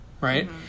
right